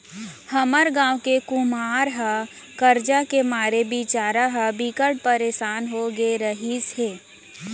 हमर गांव के कुमार ह करजा के मारे बिचारा ह बिकट परसान हो गे रिहिस हे